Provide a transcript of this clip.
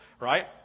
right